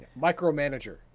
Micromanager